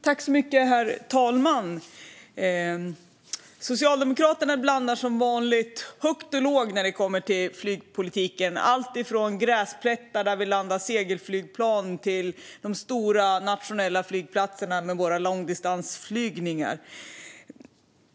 Herr talman! Socialdemokraterna blandar som vanligt högt och lågt när det kommer till flygpolitiken. Det är allt från gräsplättar där segelflygplan landar till stora nationella flygplatser för våra långdistansflygningar.